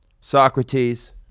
Socrates